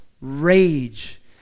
rage